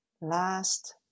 last